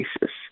basis